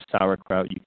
sauerkraut